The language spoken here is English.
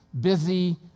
busy